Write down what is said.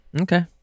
Okay